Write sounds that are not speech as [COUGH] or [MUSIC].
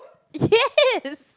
[LAUGHS] yes